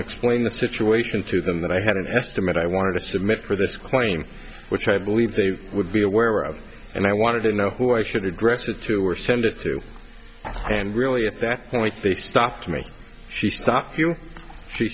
explain the situation to them that i had an estimate i wanted to submit for this claim which i believe they would be aware of and i wanted to know who i should address with who were tended to and really at that point they stopped me she stop